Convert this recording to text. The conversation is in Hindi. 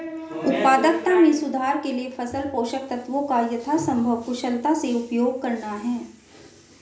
उत्पादकता में सुधार के लिए फसल पोषक तत्वों का यथासंभव कुशलता से उपयोग करना है